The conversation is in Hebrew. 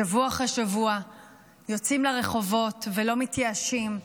שבוע אחרי שבוע יוצאים לרחובות ולא מתייאשים,